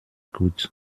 gut